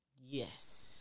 Yes